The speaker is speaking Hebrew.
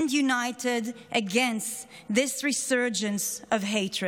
united against this resurgence of hatred.